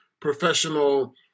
professional